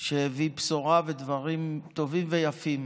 שהביא בשורה ודברים טובים ויפים